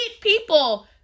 people